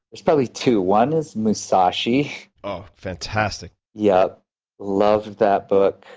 it's probably two. one is musashi. oh, fantastic. yeah loved that book.